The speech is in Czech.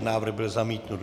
Návrh byl zamítnut.